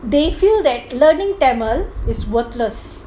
they feel that learning tamil is worthless